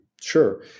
Sure